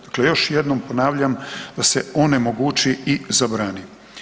Dakle, još jednom ponavljam, da se onemogući i zabrani.